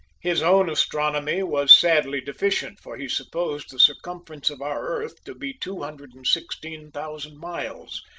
his own astronomy was sadly deficient, for he supposed the circumference of our earth to be two hundred and sixteen thousand miles.